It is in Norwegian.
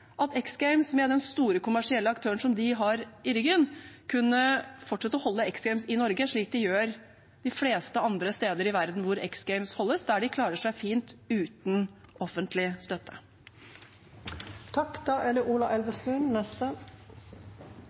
at X Games, med den store kommersielle aktøren de har i ryggen, kan fortsette å holde X Games i Norge, slik de gjør de fleste andre steder i verden hvor X Games holdes, der de klarer seg fint uten offentlig støtte. For det